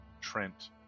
Trent